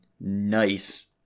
nice